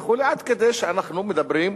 וכו', עד כדי כך שאנחנו מדברים,